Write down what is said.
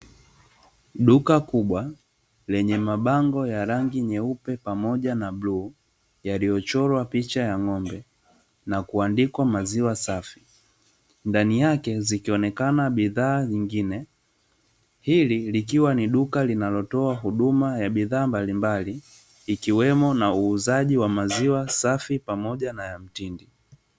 Duka kubwa lenye mabango yenye rangi nyeupe pamoja na bluu yaliyochorwa picha ya ng'ombe na kuandikwa maziwa safi, ndani yake zikionekana bidhaa nyingine hili likiwa ni duka linalotoa bidhaa mbalimbali ikiwemo uuzaji wa maziwa safi pamoja na ya mtindi.